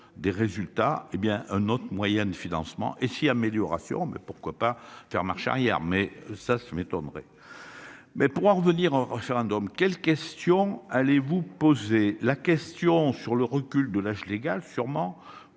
des résultats, hé bien un autre moyen de financement. Et si amélioration mais pourquoi pas faire marche arrière mais ça se m'étonnerait. Mais pour en revenir au référendum quelle question allez vous poser la question sur le recul de l'âge légal sûrement